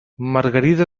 margarida